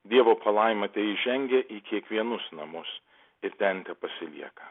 dievo palaima teįžengia į kiekvienus namus ir ten tepasilieka